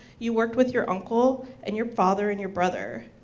you worked with your uncle and your father, and your brother.